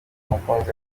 umukunzi